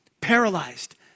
Paralyzed